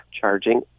charging